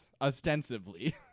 Ostensibly